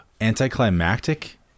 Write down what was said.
anticlimactic